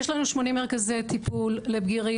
יש לנו שמונים מרכזי טיפול לבגירים,